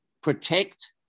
protect